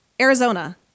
Arizona